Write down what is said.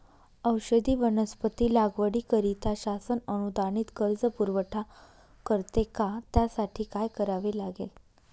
औषधी वनस्पती लागवडीकरिता शासन अनुदानित कर्ज पुरवठा करते का? त्यासाठी काय करावे लागेल?